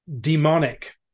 demonic